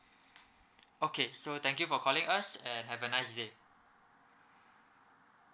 okay so thank you for calling us and have a nice day